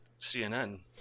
cnn